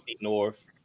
North